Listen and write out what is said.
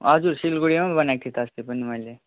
हजुर सिलगढीमा बनाएको थिएँ त अस्ति पनि मैले